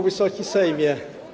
Wysoki Sejmie!